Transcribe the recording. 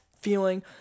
feeling